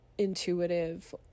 intuitive